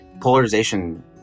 Polarization